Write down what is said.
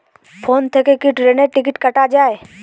Phone থেকে কি ট্রেনের টিকিট কাটা য়ায়?